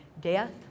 Death